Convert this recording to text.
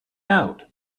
out